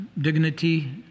dignity